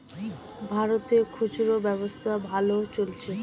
ভারতে খুচরা ব্যবসা ভালো চলছে